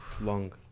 Long